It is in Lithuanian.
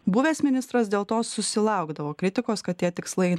buvęs ministras dėl to susilaukdavo kritikos kad tie tikslai